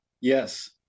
Yes